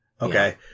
Okay